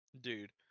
Dude